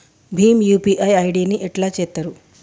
Bhim UPI ID ని ఎట్లా చేత్తరు?